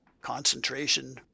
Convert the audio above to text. concentration